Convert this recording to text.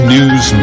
News